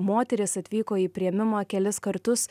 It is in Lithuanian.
moteris atvyko į priėmimą kelis kartus